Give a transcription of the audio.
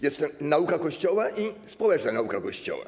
Jest nauka Kościoła i społeczna nauka Kościoła.